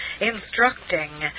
instructing